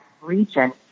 region